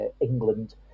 England